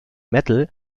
metal